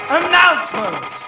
announcement